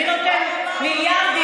מי נותן מיליארדים,